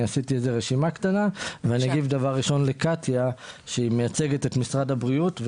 עשיתי רשימה קטנה ואגיב קודם לכן לקטיה שמייצגת את משרד הבריאות.